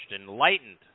enlightened